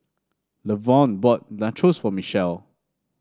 Lavern bought Nachos for Michelle